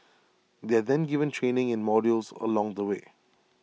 they are then given training in modules along the way